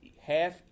half